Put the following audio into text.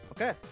Okay